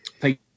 Thank